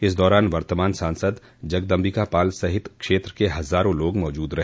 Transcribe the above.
इस दौरान वर्तमान सांसद जगदम्बिकापाल सहित क्षेत्र के हजारों लोग मौजूद रहे